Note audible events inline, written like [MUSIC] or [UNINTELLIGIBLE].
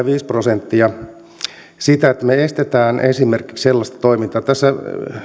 [UNINTELLIGIBLE] viisi prosenttia voi tarkoittaa sitä että me estämme esimerkiksi sellaista toimintaa tässä